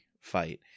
fight